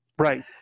Right